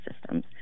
systems